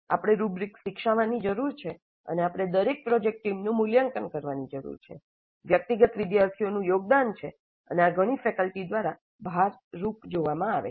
આપણે રૂબ્રીક્સ વિકસાવવાની જરૂર છે અને આપણે દરેક પ્રોજેક્ટ ટીમનું મૂલ્યાંકન કરવાની જરૂર છે વ્યક્તિગત વિદ્યાર્થીઓનું યોગદાન છે અને આ ઘણી ફેકલ્ટી દ્વારા ભારરૂપ જોવામાં આવે છે